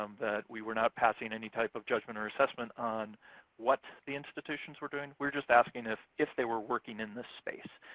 um that we were not passing any type of judgment or assessment on what the institutions were doing. we were just asking if if they were working in this space,